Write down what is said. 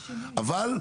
אבל,